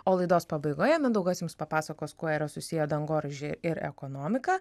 o laidos pabaigoje mindaugas jums papasakos kuo yra susiję dangoraižiai ir ekonomika